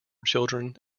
children